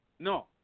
No